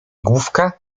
główka